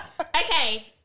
Okay